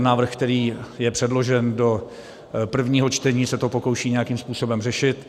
Návrh, který je předložen do prvního čtení, se to pokouší nějakým způsobem řešit.